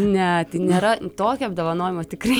ne tai nėra tokio apdovanojimo tikrai